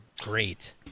great